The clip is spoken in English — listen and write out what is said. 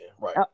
Right